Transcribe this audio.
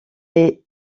est